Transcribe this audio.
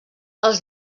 els